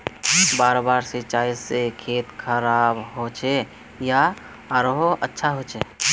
बार बार सिंचाई से खेत खराब होचे या आरोहो अच्छा होचए?